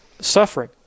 suffering